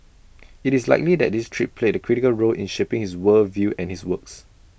IT is likely that this trip played A critical role in shaping his world view and his works